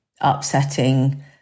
upsetting